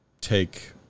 take